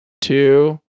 Two